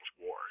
wars